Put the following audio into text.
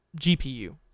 GPU